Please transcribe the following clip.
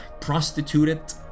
prostituted